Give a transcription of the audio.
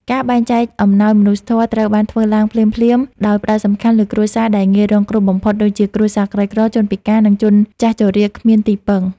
ការបែងចែកអំណោយមនុស្សធម៌ត្រូវបានធ្វើឡើងភ្លាមៗ ដោយផ្ដោតសំខាន់លើគ្រួសារដែលងាយរងគ្រោះបំផុត ដូចជាគ្រួសារក្រីក្រ ជនពិការ និងជនចាស់ជរាគ្មានទីពឹង។